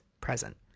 present